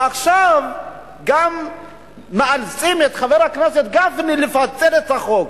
ועכשיו גם מאלצים את חבר הכנסת גפני לפצל את החוק.